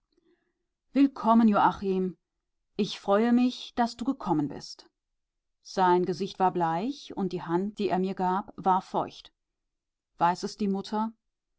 willkommen joachim ich freue mich daß du gekommen bist sein gesicht war bleich und die hand die er mir gab war feucht weiß es die mutter